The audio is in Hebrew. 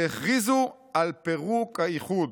והכריזו על פירוק האיחוד.